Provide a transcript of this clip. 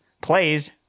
plays